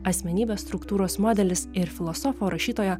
asmenybės struktūros modelis ir filosofo rašytojo